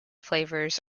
flavours